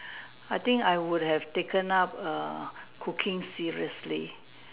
I think I would have taken up err cooking seriously